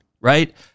right